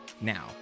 Now